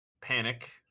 panic